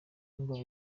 ngo